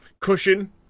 Cushion